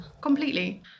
Completely